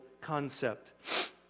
concept